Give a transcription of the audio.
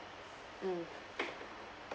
mm